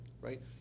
right